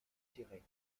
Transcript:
retirer